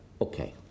Okay